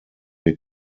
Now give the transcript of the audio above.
wir